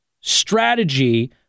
strategy